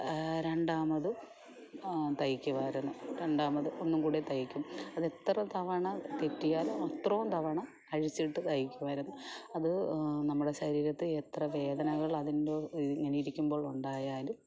രണ്ടാമത് തയ്ക്കുമായിരുന്നു രണ്ടാമത് ഒന്നും കൂടി തയ്ക്കും അതെത്ര തവണ തെറ്റിയാൽ അത്രോം തവണ അഴിച്ചിട്ട് തയ്ക്കുമായിരുന്നു അത് നമ്മുടെ ശരീരത്തെ എത്ര വേദനകളതിൻ്റെ ഇങ്ങനെ ഇരിക്കുമ്പോഴുണ്ടായാലും